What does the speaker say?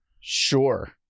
Sure